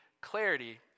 clarity